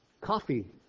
coffee